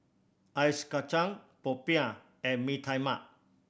ice kacang popiah and Mee Tai Mak